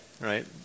right